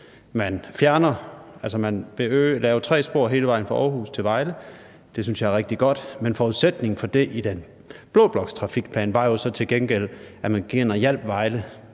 at give Vejle by. Man vil lave tre spor hele vejen fra Aarhus til Vejle. Det synes jeg er rigtig godt, men forudsætningen for det, i den blå bloks trafikplan, var jo så, at man til gengæld gik ind og hjalp Vejle,